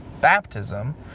baptism